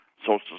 Social